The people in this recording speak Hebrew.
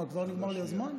מה, כבר נגמר לי הזמן?